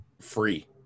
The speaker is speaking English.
free